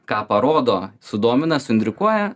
ką parodo sudomina suintriguoja